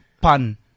pun